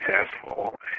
successful